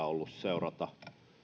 ollut seurata tätä salin